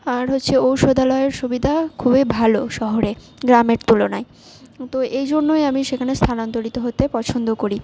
আর হচ্ছে ঔষধালয়ের সুবিধা খুবই ভালো শহরে গ্রামের তুলনায় তো এই জন্যই আমি সেখানে স্থানান্তরিত হতে পছন্দ করি